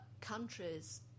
countries